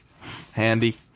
Handy